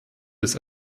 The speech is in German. des